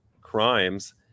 crimes